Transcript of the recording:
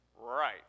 Right